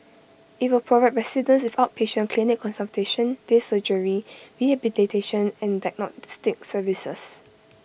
IT will provide residents with outpatient clinic consultation day surgery rehabilitation and diagnostic services